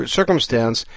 circumstance